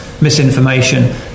misinformation